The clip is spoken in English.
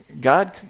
God